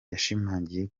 yashimangiye